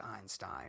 Einstein